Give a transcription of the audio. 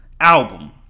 Album